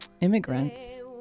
immigrants